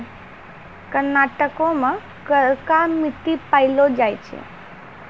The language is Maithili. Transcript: कर्नाटको मे करका मट्टी पायलो जाय छै